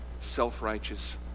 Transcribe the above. self-righteous